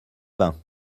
bains